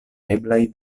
eblaj